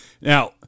Now –